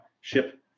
ship